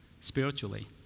spiritually